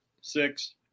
six